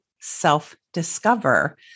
self-discover